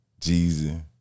Jeezy